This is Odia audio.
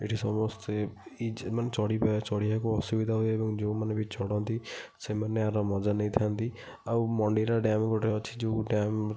ଏଠି ସମସ୍ତେ ମାନେ ଚଢ଼ିବାକୁ ଅସୁବିଧା ହୁଏ ଏବଂ ଯେଉଁମାନେ ବି ଚଢ଼ନ୍ତି ସେମାନେ ଏହାର ମଜା ନେଇଥାନ୍ତି ଆଉ ମଣ୍ଡିରା ଡ଼୍ୟାମ୍ ଗୋଟେ ଅଛି ଯେଉଁ ଡ଼୍ୟାମ୍